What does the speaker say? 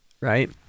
right